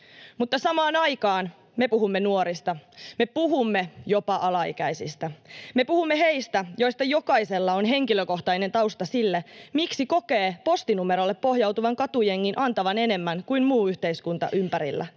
mutta samaan aikaan me puhumme nuorista. Me puhumme jopa alaikäisistä. Me puhumme heistä, joista jokaisella on henkilökohtainen tausta sille, miksi kokee postinumerolle pohjautuvan katujengin antavan enemmän kuin muu yhteiskunta ympärillä.